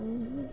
ଆ